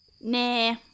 Nah